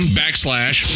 backslash